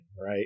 right